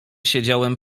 siedziałem